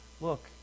look